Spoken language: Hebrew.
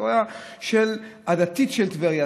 ההיסטוריה הדתית של טבריה.